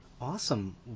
Awesome